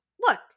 look